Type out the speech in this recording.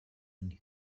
آهن